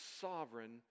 sovereign